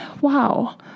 wow